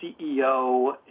CEO